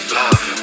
love